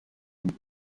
and